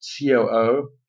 COO